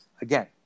again